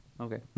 Okay